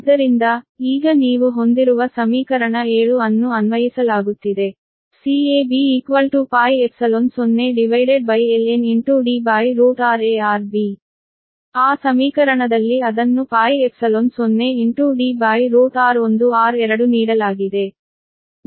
ಆದ್ದರಿಂದ ಈಗ ನೀವು ಹೊಂದಿರುವ ಸಮೀಕರಣ 7 ಅನ್ನು ಅನ್ವಯಿಸಲಾಗುತ್ತಿದೆ CAB 0ln DrA rB ಆ ಸಮೀಕರಣದಲ್ಲಿ ಅದನ್ನು π0Dr1r2 ನೀಡಲಾಗಿದೆ